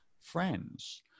friends